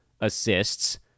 assists